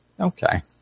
Okay